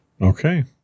Okay